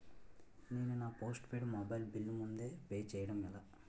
నేను నా postpaid mobile bill ముందే పే చేయడం ఎలా?